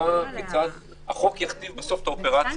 יכתיב את האופרציה.